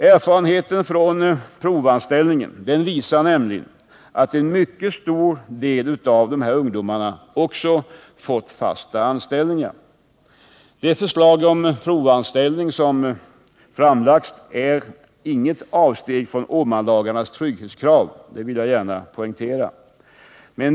Erfarenheter från provanställningar visar nämligen att en mycket stor del av ungdomarna fått fasta anställningar. Det förslag om provanställning som framlagts innebär, det vill jag gärna poängtera, inget avsteg från Åmanlagarnas trygghetskrav.